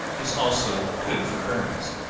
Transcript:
is also good for burns.